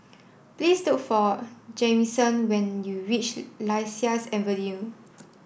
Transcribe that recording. please look for Jamison when you reach Lasia Avenue